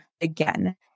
again